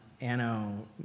anno